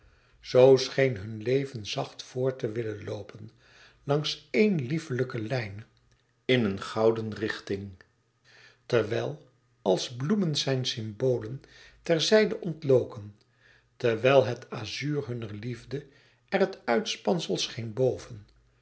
zoo scheen hun leven zacht voort te willen loopen langs éene lieflijke lijn in éene goudene richting terwijl als bloemen zijne symbolen ter zijde ontloken terwijl het azuur hunner liefde er het uitspansel scheen boven